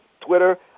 Twitter